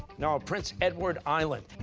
no, prince edward island.